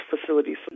facilities